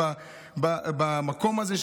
במקום הזה,